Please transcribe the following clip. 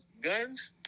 guns